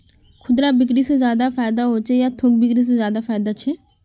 खुदरा बिक्री से ज्यादा फायदा होचे या थोक बिक्री से ज्यादा फायदा छे?